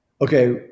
okay